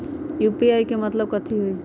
UPI के मतलब कथी होई?